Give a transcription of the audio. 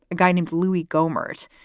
a guy named louie gohmert,